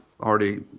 already